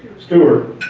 steward,